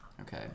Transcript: Okay